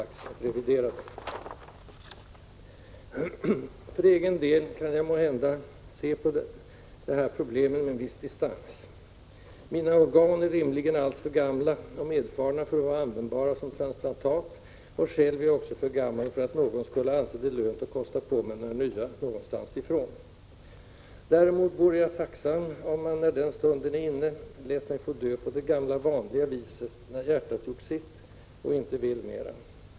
1986/87:117 För egen del kan jag måhända se på de här problemen med en viss distans: — 6 maj 1987 Mina organ är rimligen alltför gamla och medfarna för att vara användbara som transplantat och själv är jag också för gammal för att någon skulle anse det lönt att kosta på mig några nya. Däremot vore jag tacksam om man — när den stunden är inne — lät mig dö på det gamla vanliga viset, när hjärtat gjort sitt och inte vill mera.